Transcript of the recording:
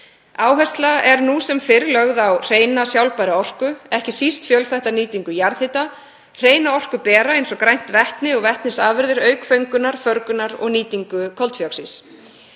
Áhersla er nú sem fyrr lögð á hreina, sjálfbæra orku, ekki síst fjölþætta nýtingu jarðhita, hreina orkubera eins og grænt vetni og vetnisafurðir auk föngunar, förgunar og nýtingar koltvíoxíðs.